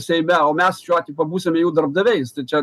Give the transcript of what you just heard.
seime o mes šiuo atveju pabūsime jų darbdaviais tai čia